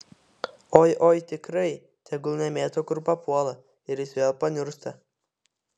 oi oi tikrai tegul nemėto kur papuola ir jis vėl paniursta